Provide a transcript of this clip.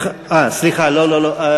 סליחה, לא לא לא.